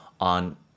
on